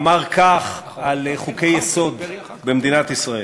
אמר כך על חוקי-יסוד במדינת ישראל: